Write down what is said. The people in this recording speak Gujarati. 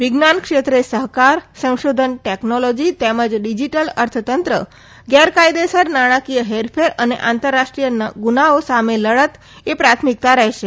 વિજ્ઞાનક્ષેત્રે સહકાર સંશોધન ટેકનોલોજી તેમજ ડિજીટલ અર્થતંત્ર ગેરકાયદેસર નાણાંકી હેરફેર અને આંતરરાષ્ટ્રીય ગુનાઓ સામે લડતએ પ્રાથમિકતા રહેશે